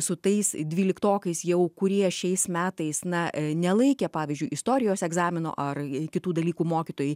su tais dvyliktokais jau kurie šiais metais na nelaikė pavyzdžiui istorijos egzamino ar kitų dalykų mokytojai